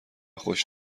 خوش